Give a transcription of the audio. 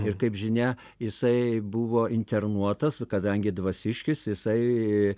ir kaip žinia jisai buvo internuotas kadangi dvasiškis jisai